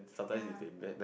ya